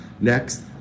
Next